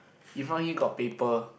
in front him got paper